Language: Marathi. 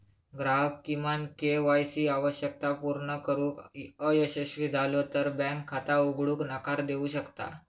ग्राहक किमान के.वाय सी आवश्यकता पूर्ण करुक अयशस्वी झालो तर बँक खाता उघडूक नकार देऊ शकता